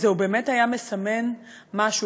הוא באמת היה מסמן משהו,